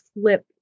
flip